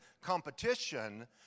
competition